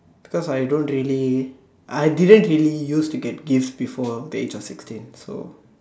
because I don't really I didn't really used to get gifts before the age of sixteen so